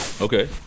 Okay